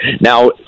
Now